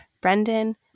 Brendan